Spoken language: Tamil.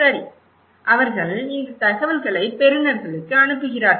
சரி அவர்கள் இந்த தகவல்களை பெறுநர்களுக்கு அனுப்புகிறார்கள்